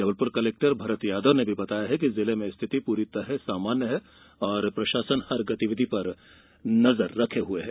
Jabalpur collector Bharat Yadav ने भी बताया कि जिर्ल में स्थिति पूरी तरह सामान्य है और प्रशासन हर गतिविधि पर नजर रखी जा रही है